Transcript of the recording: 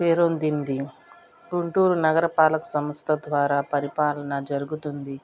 పేరొందింది గుంటూరు నగరపాలక సంస్థ ద్వారా పరిపాలన జరుగుతుంది